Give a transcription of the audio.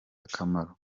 akamaro